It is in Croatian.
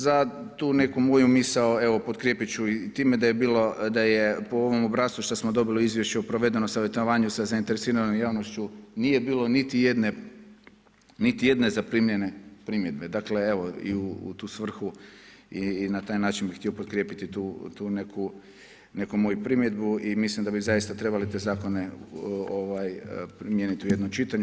Za tu neku moju misao potkrijepit ću i time da je po ovom obrascu što smo dobili o izvješću o provedenom savjetovanju sa zainteresiranom javnošću nije bilo niti jedne zaprimljene primjedbe, dakle evo i u tu svrhu i na taj način bih htio potkrijepiti tu neku moju primjedbu i mislim da bi zaista trebali te zakone primijeniti u jednom čitanju.